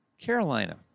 Carolina